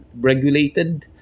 regulated